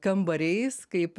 kambariais kaip